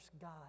God